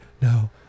No